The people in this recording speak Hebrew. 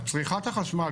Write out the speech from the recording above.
צריכת החשמל,